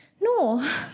No